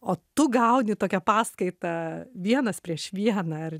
o tu gauni tokią paskaitą vienas prieš vieną